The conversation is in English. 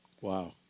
Wow